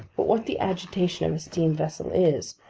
but what the agitation of a steam vessel is,